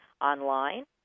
online